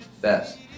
best